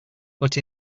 but